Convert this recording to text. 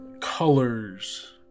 colors